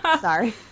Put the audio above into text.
Sorry